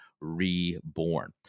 reborn